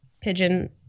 pigeon